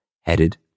headed